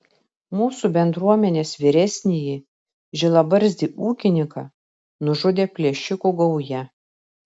mūsų bendruomenės vyresnįjį žilabarzdį ūkininką nužudė plėšikų gauja